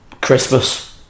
Christmas